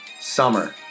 Summer